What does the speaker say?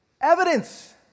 evidence